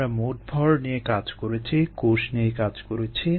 আমরা মোট ভর নিয়ে কাজ করেছি কোষ নিয়ে কাজ করেছি